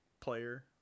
player